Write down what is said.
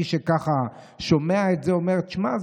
מי שככה שומע את זה אומר: תשמע,